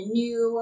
new